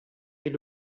est